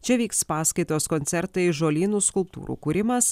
čia vyks paskaitos koncertai žolynų skulptūrų kūrimas